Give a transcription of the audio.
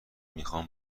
میخوام